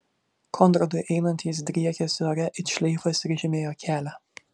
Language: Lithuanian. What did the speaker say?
konradui einant jis driekėsi ore it šleifas ir žymėjo kelią